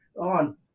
on